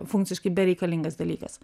funkciškai bereikalingas dalykas